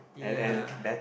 ya